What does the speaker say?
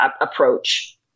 approach